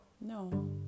No